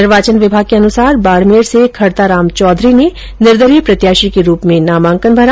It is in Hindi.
निर्वाचन विभाग के अनुसार बाड़मेर से खरताराम चौधरी ने निर्दलीय प्रत्याशी के रूप में नामांकन भरा